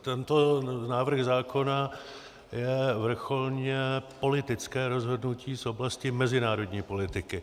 Tento návrh zákona je vrcholně politické rozhodnutí z oblasti mezinárodní politiky.